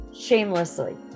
Shamelessly